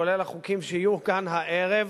כולל החוקים שיהיו כאן הערב.